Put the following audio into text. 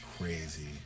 crazy